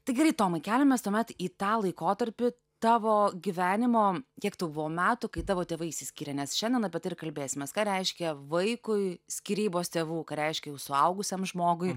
tai gerai tomai keliamės tuomet į tą laikotarpį tavo gyvenimo kiek tau buvo metų kai tavo tėvai išsiskyrė nes šiandien apie tai ir kalbėsimės ką reiškia vaikui skyrybos tėvų ką reiškia jau suaugusiam žmogui